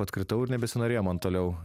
atkritau ir nebesinorėjo man toliau